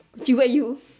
he whack you